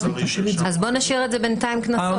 --- אז בואו נשאיר את זה בינתיים קנסות,